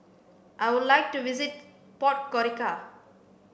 I would like to visit Podgorica